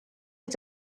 est